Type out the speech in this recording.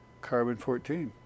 carbon-14